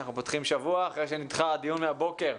אנחנו פותחים שבוע אחרי שנידחה הדיון מהבוקר.